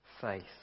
faith